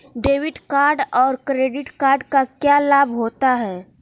Debit card और credit card क्या लाभ होता है?